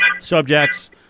subjects